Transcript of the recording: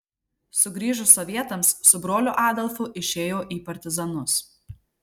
sugrįžus sovietams su broliu adolfu išėjo į partizanus